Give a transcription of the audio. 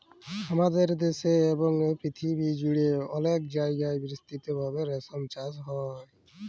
হামাদের দ্যাশে এবং পরথিবী জুড়ে অলেক জায়গায় বিস্তৃত ভাবে রেশম চাস হ্যয়